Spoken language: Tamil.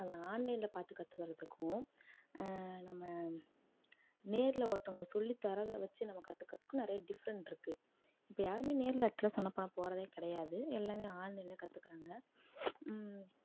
அத ஆன்லைனில் பார்த்து கற்றுக்கறதுக்கும் நம்ம நேரில் ஒருத்தவங்க சொல்லி தரதை வெச்சு நம்ம கற்றுக்கறதுக்கும் நிறைய டிஃப்ரெண்ட்ருக்கு இப்போ யாருமே நேரில் போகிறதே கிடையாது எல்லாமே ஆன்லைனில் கற்றுக்கறாங்க